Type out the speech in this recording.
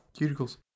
Cuticles